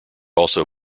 also